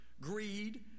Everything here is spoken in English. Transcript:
greed